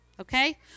okay